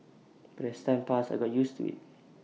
but as time passed I got used to IT